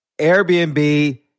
Airbnb